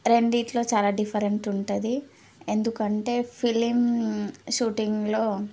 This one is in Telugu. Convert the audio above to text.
రెండిటిలో చాలా డిఫరెంట్ ఉంటుంది ఎందుకంటే ఫిలిం షూటింగ్లో